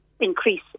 increase